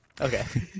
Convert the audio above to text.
Okay